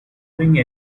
bring